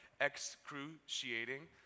excruciating